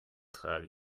trage